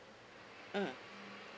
mm